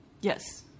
Yes